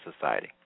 society